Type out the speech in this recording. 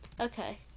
Okay